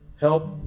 Help